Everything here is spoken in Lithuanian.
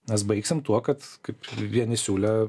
nes baigsim tuo kad kaip vieni siūlė